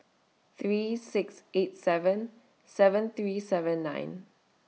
three six eight seven seven three seven nine